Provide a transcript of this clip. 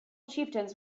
chieftains